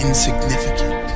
insignificant